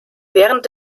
während